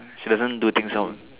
she doesn't do things lor